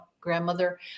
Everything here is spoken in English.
grandmother